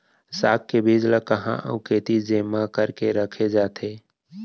साग के बीज ला कहाँ अऊ केती जेमा करके रखे जाथे?